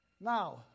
Now